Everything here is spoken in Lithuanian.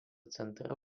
centre